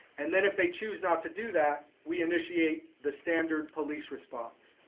and then if they choose not to do that, we initiate the standard police response.